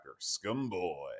Scumboy